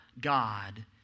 God